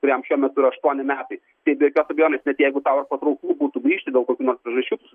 kuriam šiuo metu yra aštuoni metai tai be jokios abejonės net jeigu tau patrauklu būtų grįžti dėl kokių nors priežasčių